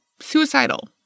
suicidal